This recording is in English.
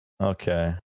Okay